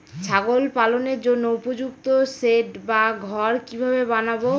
ছাগল পালনের জন্য উপযুক্ত সেড বা ঘর কিভাবে বানাবো?